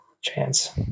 chance